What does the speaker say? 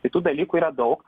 tai tų dalykų yra daug